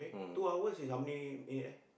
two hours is how many minute eh